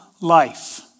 life